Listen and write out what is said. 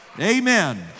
Amen